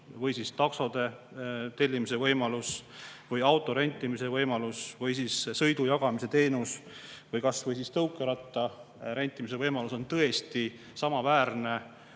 või taksode tellimise võimalus või auto rentimise võimalus või sõidujagamise teenus või kas või tõukeratta rentimise võimalus on tõesti mõnes